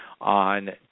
on